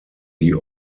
die